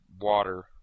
water